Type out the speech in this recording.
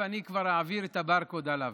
ואני כבר אעביר את הברקוד עליו.